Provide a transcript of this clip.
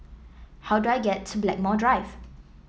how do I get to Blackmore Drive